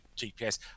gps